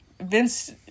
Vince